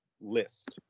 list